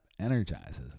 energizes